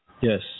Yes